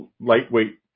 lightweight